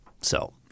So-